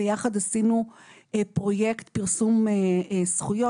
ויחד עשינו פרויקט פרסום זכויות.